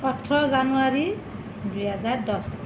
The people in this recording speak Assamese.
ওঠৰ জানুৱাৰী দুই হেজাৰ দহ